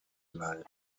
alive